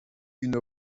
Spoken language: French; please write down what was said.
une